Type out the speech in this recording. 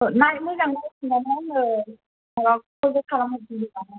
नाय मोजाङै नायफिना आंनो माबा कलबेक खालामहरफिनदो दानो